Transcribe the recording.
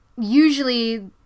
usually